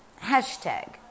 hashtag